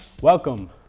welcome